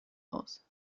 aus